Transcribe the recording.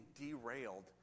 derailed